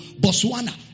Botswana